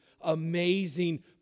Amazing